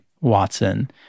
Watson